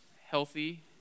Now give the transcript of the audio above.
healthy